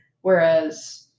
Whereas